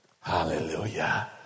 Hallelujah